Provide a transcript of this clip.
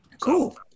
Cool